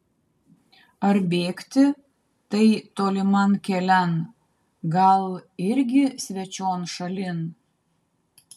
ar bėgti tai toliman kelian gal irgi svečion šalin